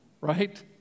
Right